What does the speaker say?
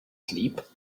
sleep